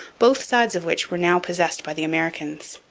both sides of which were now possessed by the americans.